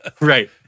right